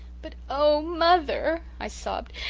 but oh, mother i sobbed,